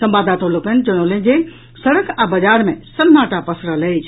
संवाददाता लोकनि जनौलनि अछि जे सड़क आ बाजार मे सन्नाटा पसरल अछि